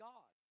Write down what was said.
God